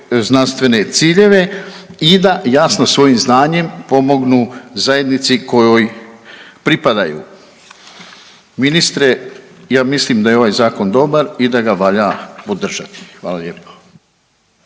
znanstvene ciljeve i da jasno svojim znanjem pomognu zajednici kojoj pripadaju. Ministre, ja mislim da je ovaj zakon dobar i da ga valja podržati. Hvala lijepa.